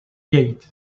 gate